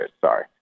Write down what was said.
sorry